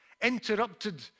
interrupted